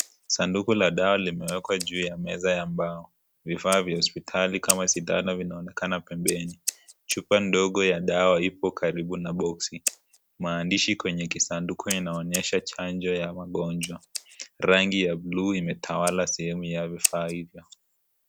Sanduku la dawa limewekwa juu ya meza ya mbao. Vifaa vya hospitali kama sindano vinaonekana pembeni. Chupa ndogo ya dawa ipo karibu na boksi. Maandishi kwenye kisanduku inaonyesha chanjo ya magonjwa. Rangi ya bluu imetawala sehemu ya vifaa hivyo.